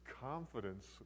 confidence